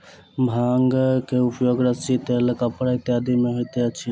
भांग के उपयोग रस्सी तेल कपड़ा इत्यादि में होइत अछि